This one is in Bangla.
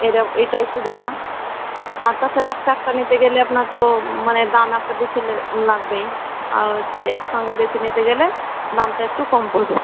এর ও এটাই সুবিধা আর তাছাড়া একটা একটা নিতে গেলে আপনার তো মানে দাম একটা বেশি লে লাগবেই আর সেই একসঙ্গে বেশি নিতে গেলে দামটা একটু কম পড়বে